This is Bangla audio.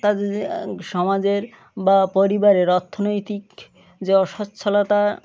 তাদের যে সমাজের বা পরিবারের অর্থনৈতিক যে অসচ্ছলতা